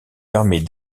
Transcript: permet